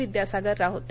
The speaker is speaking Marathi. विद्यासागर राव होते